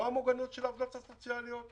לא המוגנות של העובדות הסוציאליות?